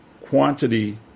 quantity